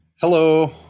Hello